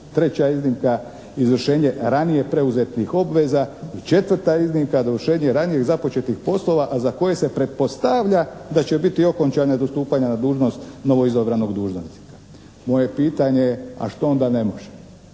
Treća je iznimka izvršenje ranije preuzetih obveza i četvrta iznimka dovršenje ranije započetih poslova a za koje se pretpostavlja da će biti okončane do stupanja na dužnost novoizabranog dužnosnika. Moje pitanje je, a što onda ne može.